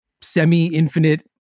semi-infinite